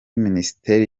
minisiteri